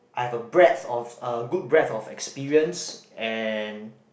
I have a breadth of uh good breadth of experience and